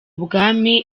ubwami